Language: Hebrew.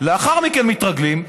לאחר מכן מתרגלים,